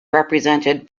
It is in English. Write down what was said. represented